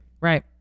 Right